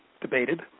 debated